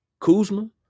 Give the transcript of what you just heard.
Kuzma